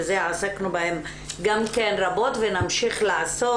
עסקנו בהם גם כן רבות ונמשיך לעסוק.